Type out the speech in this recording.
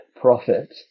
profit